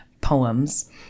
poems